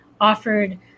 offered